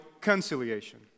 conciliation